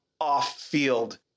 off-field